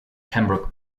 pembroke